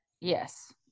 Yes